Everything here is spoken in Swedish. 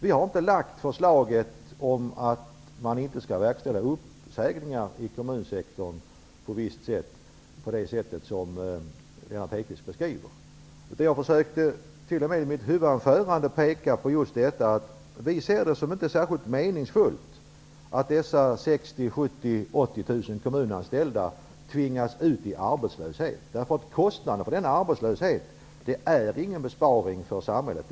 Vi har inte lagt fram förslag om att man inte skall verkställa uppsägningar i kommunsektorn på det sätt som Lennart Hedquist beskriver. Jag försökte i mitt huvudanförande peka på just det faktum att vi inte ser det som särskilt meningsfullt att dessa 60 000, 70 000 eller 80 000 kommunanställda tvingas ut i arbetslöshet. Kostnaden för denna arbetslöshet gör att det inte blir någon besparing för samhället.